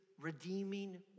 redeeming